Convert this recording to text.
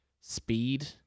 speed